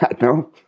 No